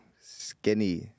skinny